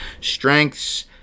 Strengths